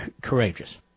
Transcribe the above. courageous